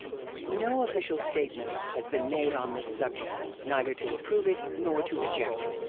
no official statement has been made on this subject. neither to approve it nor to reject it.